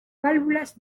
válvulas